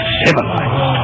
civilized